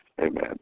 Amen